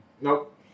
Nope